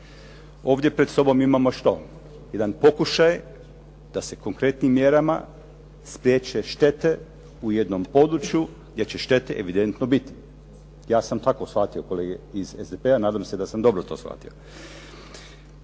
Ovdje pred sobom imamo, što? Jedan pokušaj da se konkretnim mjerama spriječe štete u jednom području gdje će štete evidentno biti, ja sam tako shvatio kolege iz SDP-a, nadam se da sam dobro to shvatio.